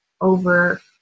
over